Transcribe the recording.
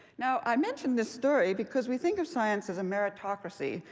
now, i mention this story because we think of science as a meritocracy,